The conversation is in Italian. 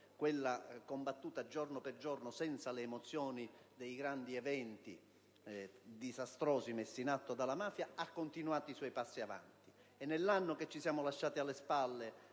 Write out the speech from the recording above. quella combattuta giorno per giorno, senza le emozioni dei grandi eventi disastrosi messi in atto dalla mafia, ha continuato i suoi passi avanti. Nell'anno che ci siamo lasciati alle spalle